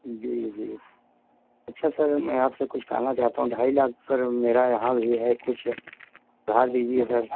جی جی اچھا سر میں آپ سے کچھ کہنا چاہتا ہوں ڈھائی لاکھ سر میرا یہاں بھی ہے کچھ بڑھا دیجیے سر